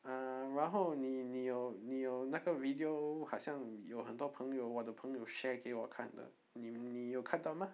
um 然后你你有你有那个 video 好像有很多朋友我的朋友 share 给我看的你你有看到吗